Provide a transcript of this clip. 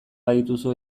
badituzu